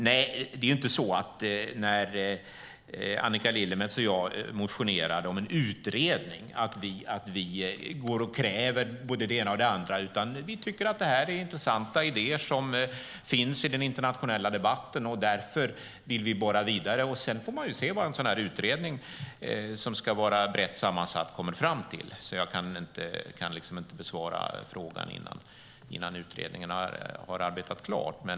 När Annika Lillemets och jag motionerar om en utredning är det inte så att vi kräver både det ena och det andra, utan vi tycker att detta är intressanta idéer som finns i den internationella debatten, och därför vill vi borra vidare. Sedan får man se vad en utredning, som ska vara brett sammansatt, kommer fram till. Jag kan liksom inte besvara frågan innan utredningen har arbetat klart.